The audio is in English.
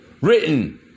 written